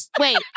wait